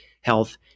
health